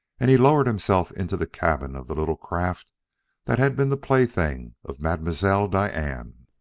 and he lowered himself into the cabin of the little craft that had been the plaything of mademoiselle diane.